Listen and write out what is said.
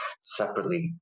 separately